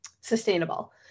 sustainable